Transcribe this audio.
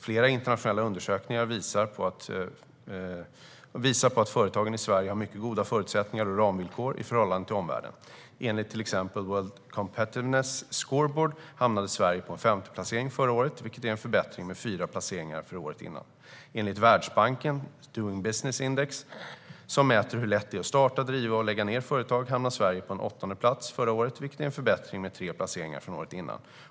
Flera internationella undersökningar visar på att företagen i Sverige har mycket goda förutsättningar och ramvillkor i förhållande till omvärlden. Enligt till exempel the World Competitiveness Scoreboard hamnade Sverige på en femteplacering förra året, vilket är en förbättring med fyra placeringar från året innan. Enligt Världsbankens Doing Business Index, som mäter hur lätt det är att starta, driva och lägga ned företag, hamnade Sverige på en åttonde plats förra året, vilket är en förbättring med tre placeringar från året innan.